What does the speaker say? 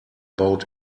boat